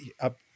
up